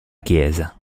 chiesa